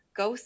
go